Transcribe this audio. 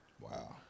wow